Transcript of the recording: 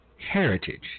heritage